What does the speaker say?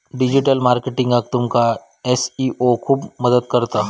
digital मार्केटिंगाक तुमका SEO खूप मदत करता